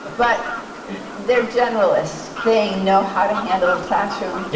but they're generalists, they know how to handle a classroom, yeah